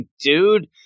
dude